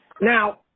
Now